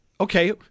okay